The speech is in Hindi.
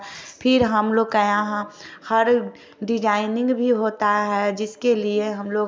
फिर हम लोग के यहाँ हर डिजाईनिग भी होता है जिसके लिए हम लोग